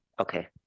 okay